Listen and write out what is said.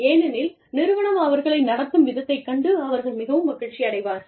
ஏனெனில் நிறுவனம் அவர்களை நடத்தும் விதத்தை கண்டு அவர்கள் மிகவும் மகிழ்ச்சி அடைவார்கள்